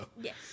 Yes